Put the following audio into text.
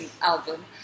album